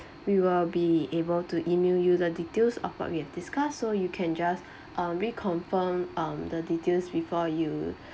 we will be able to email you the details of what we have discussed so you can just uh reconfirm um the details before you